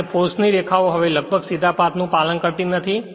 કારણ કે ફોર્સ ની રેખાઓ હવે લગભગ સીધા પાથ નું પાલન કરતી નથી